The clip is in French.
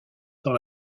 dans